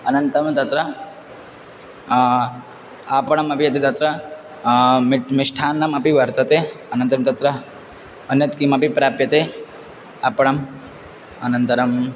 अनन्तं तत्र अपलमपि अति तत्र मि मिष्ठान्नमपि वर्तते अनन्तरं तत्र अन्यत् किमपि प्राप्यते अपलम् अनन्तरम्